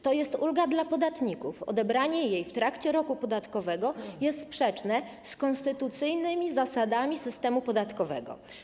To jest ulga dla podatników, odebranie jej w trakcie roku podatkowego jest sprzeczne z konstytucyjnymi zasadami systemu podatkowego.